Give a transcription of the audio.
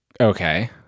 Okay